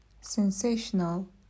Sensational